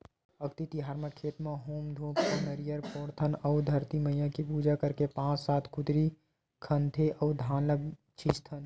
अक्ती तिहार म खेत म हूम धूप अउ नरियर फोड़थन अउ धरती मईया के पूजा करके पाँच सात कुदरी खनथे अउ धान ल छितथन